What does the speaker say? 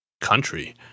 country